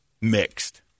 mixed